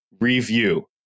review